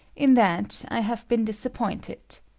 in that i have been disappointed.